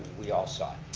we all saw it.